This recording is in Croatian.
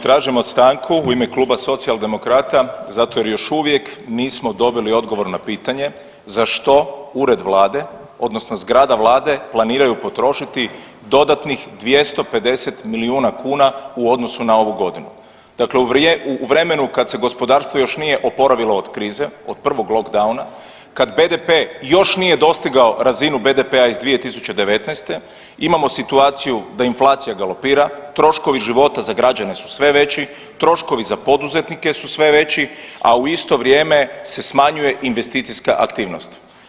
Tražimo stanku u ime Kluba socijaldemokrata zato jer još uvijek nismo dobili odgovor na pitanje za što Ured Vlade odnosno zgrada Vlade planiraju potrošiti dodatnih 250 milijuna kuna u odnosu na ovu godinu, dakle u vremenu kad se gospodarstvo još nije oporavilo od krize od prvog lockdowna, kad BDP još nije dostigao razinu BDP-a iz 2019. imamo situaciju da inflacija galopira, troškovi života za građane su sve veći, troškovi za poduzetnike su sve veći, a u isto vrijeme se smanjuje investicijska aktivnost.